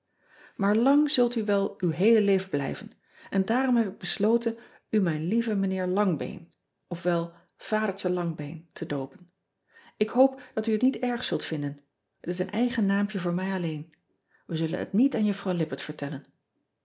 aar lang zult u wel uw heele leven blijven en daarom heb ik besloten mijn ieve ijnheer angbeen of wel adertje angbeen te doopen k hoop dat u het niet erg zult ean ebster adertje angbeen vinden het is een eigen naampje voor mij alleen e zullen het niet aan uffrouw ippett vertellen